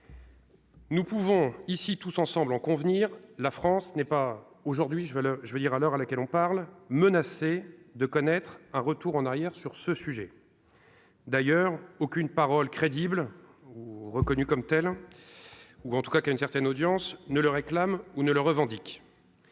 Nous pouvons ici tous ensemble en convenir, la France n'est pas aujourd'hui, je vais le je veux dire à l'heure à laquelle on parle menacés de connaître un retour en arrière sur ce sujet. D'ailleurs, aucune parole crédible ou comme telles, ou en tout cas qu'il y a une certaine audience ne le réclament, ou ne le revendique.